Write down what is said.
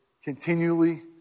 Continually